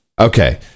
okay